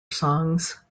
songs